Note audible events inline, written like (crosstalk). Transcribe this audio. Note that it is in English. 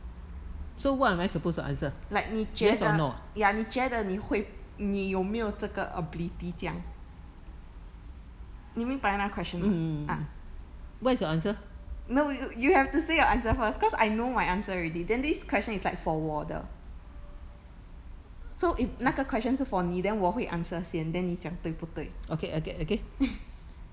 like 你觉得 ya 你觉得你会你有没有这个 ability 这样你明白那 question 吗 ah no you you have to say your answer first cause I know my answer already then this question is like for 我的 so if 那个 question is for 你 then 我会 answer 先 then 你讲对不对 (laughs)